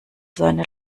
seine